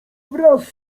wraz